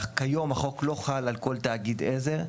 כיום החוק לא חל על כל תאגיד עזר,